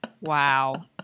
Wow